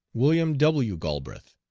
william w. galbraith,